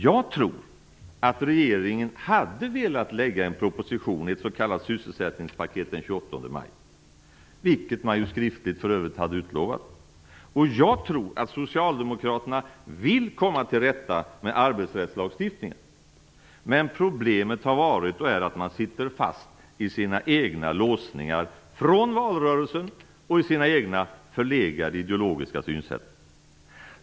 Jag tror att regeringen hade velat lägga fram en proposition, ett s.k. sysselsättningspaket, den 28 maj, vilket man skriftligt för övrigt hade utlovat. Jag tror att socialdemokraterna vill komma till rätta med arbetsrättslagstiftningen. Men problemet har varit och är att man sitter fast i sina egna låsningar från valrörelsen och i sina egna förlegade ideologiska synsätt.